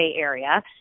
Area